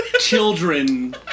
children